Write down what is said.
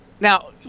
now